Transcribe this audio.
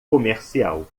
comercial